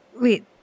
wait